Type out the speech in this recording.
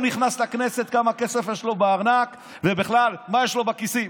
נכנס לכנסת כמה כסף יש לו בארנק ובכלל מה יש לו בכיסים.